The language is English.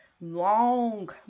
long